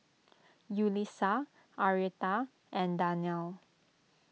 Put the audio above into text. Yulisa Arietta and Darnell